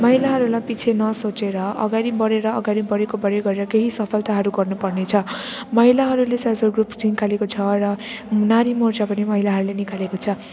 महिलाहरूलाई पछि नसोचेर अगाडि बढेर अगाडि बढेको बढेकै गरेर केही सफलताहरू गर्नुपर्नेछ महिलाहरूले सेल्फ हेल्प ग्रुप निकालेको छ र नारी मोर्चा पनि महिलाहरूले निकालेको छ